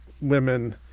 women